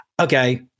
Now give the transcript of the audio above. okay